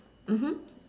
mmhmm